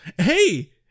Hey